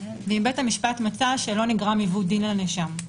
ואם בית המשפט מצא שלא נגרם עיוות דין לנאשם.